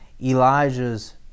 Elijah's